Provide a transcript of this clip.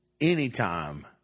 anytime